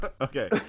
Okay